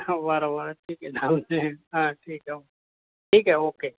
ह वारं वारं ठीक आहे हा ठीक आहे ठीक आहे ओके